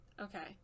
okay